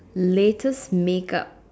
latest make-up